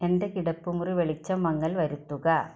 എൻ്റെ കിടപ്പു മുറി വെളിച്ചം മങ്ങൽ വരുത്തുക